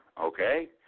okay